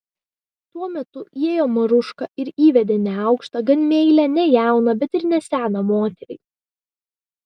tuo metu įėjo maruška ir įvedė neaukštą gan meilią ne jauną bet ir ne seną moterį